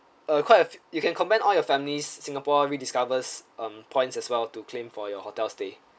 uh quite a few you can combine all your family's singapore rediscovers um points as well to claim for your hotel stay